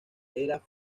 era